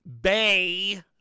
Bay